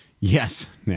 Yes